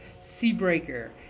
Seabreaker